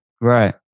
right